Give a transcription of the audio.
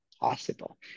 possible